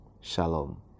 Shalom